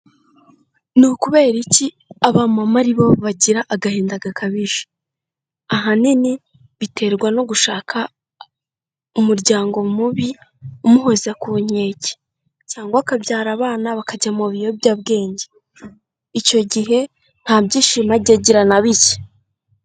Ni ukubera iki abamama ari bo bagira agahinda gakabije? Ahanini biterwa no gushaka umuryango mubi umuhoza ku nkeke cyangwa akabyara abana bakajya mu biyobyabwenge. Icyo gihe nta byishimo ajya agira na bike.